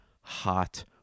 hot